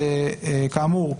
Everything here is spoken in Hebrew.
כאמור,